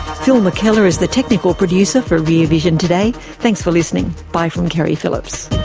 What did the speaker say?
phil mckellar is the technical producer for rear vision today. thanks for listening. bye from keri phillips